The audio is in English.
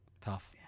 Tough